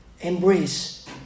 embrace